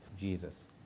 Jesus